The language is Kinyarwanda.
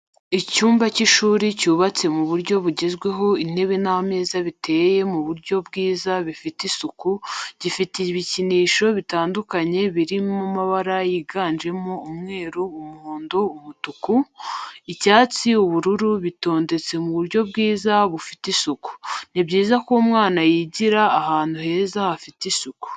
Icyumba cy'ishuri cyubatse mu buryo bugezweho intebe n'ameza biteye mu buryo bwiza bifite isuku, gifite ibikinisho bitandukanye biri mabara yiganjemo umweru, umuhondo, umutuku. Icyatsi ubururu bitondetse mu buryo bwiza bufite isuku. ni byiza ko umwana yigira ahantu heza hafite isuku.